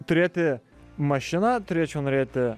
turėti mašiną turėčiau norėti